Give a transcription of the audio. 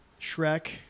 Shrek